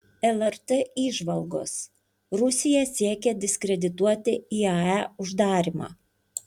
lrt įžvalgos rusija siekia diskredituoti iae uždarymą